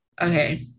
Okay